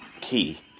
key